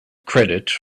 credit